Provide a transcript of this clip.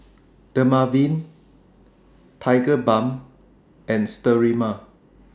Dermaveen Tigerbalm and Sterimar